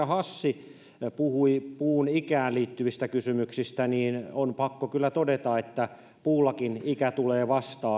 hassi puhui puun ikään liittyvistä kysymyksistä on pakko kyllä todeta että puullakin ikä tulee vastaan